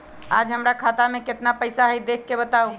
आज हमरा खाता में केतना पैसा हई देख के बताउ?